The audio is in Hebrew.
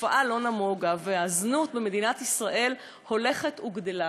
התופעה לא נמוגה והזנות במדינת ישראל הולכת וגדלה.